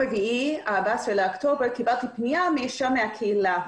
ביום רביעי 14 באוקטובר קיבלתי פנייה מאישה מהקהילה.